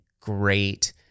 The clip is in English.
great